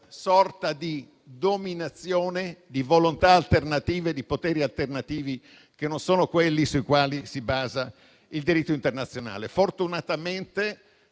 sorta di dominazione di volontà alternative, di poteri alternativi, che non sono quelli sui quali si basa il diritto internazionale. Sfortunatamente,